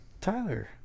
tyler